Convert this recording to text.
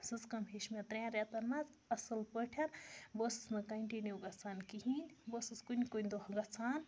سٕژ کٲم ہیٚچھۍ مےٚ ترٛٮ۪ن رٮ۪تَن منٛز اَصٕل پٲٹھۍ بہٕ ٲسٕس نہٕ کَنٹِنیوٗ گژھان کِہیٖنۍ بہٕ ٲسٕس کُنہِ کُنہِ دۄہ گژھان